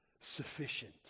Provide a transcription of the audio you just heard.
sufficient